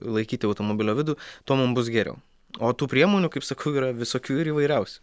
laikyti automobilio vidų tuo mum bus geriau o tų priemonių kaip sakau yra visokių įvairiausių